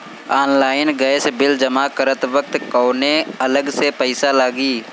Online gas bill जमा करत वक्त कौने अलग से पईसा लागी?